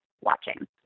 watching